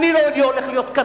אני לא הולך להיות קטנוני,